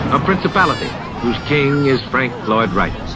a principality whose king is frank lloyd wright.